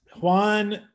Juan